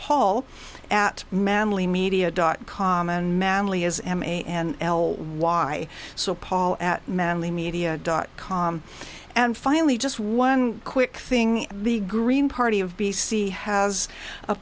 paul at manly media dot com and manly as m and l y so paul at manly media dot com and finally just one quick thing the green party of b c has a